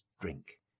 drink